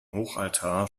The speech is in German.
hochaltar